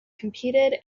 competed